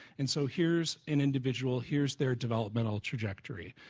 and so here's an individual, here's their developmental trajectory.